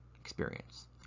experience